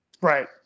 Right